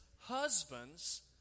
husbands